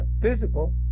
physical